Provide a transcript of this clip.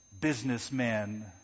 businessmen